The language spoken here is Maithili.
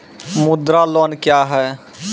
मुद्रा लोन क्या हैं?